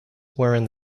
wherein